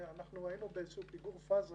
אנחנו היינו באיזשהו פיגור פאזה